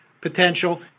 potential